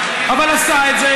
אבל עשה את זה.